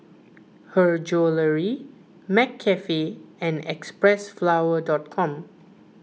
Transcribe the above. Her Jewellery McCafe and Xpressflower dot com